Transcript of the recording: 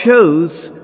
chose